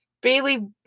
Bailey